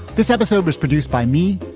this episode was produced by me,